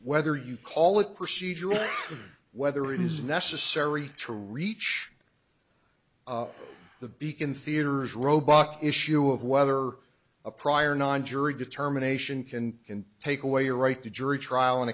whether you call it procedural whether it is necessary to reach the beacon theater is roebuck issue of whether a prior non jury determination can take away your right to jury trial